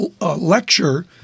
lecture